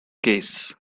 case